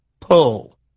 Pull